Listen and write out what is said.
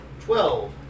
twelve